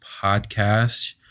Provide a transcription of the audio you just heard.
podcast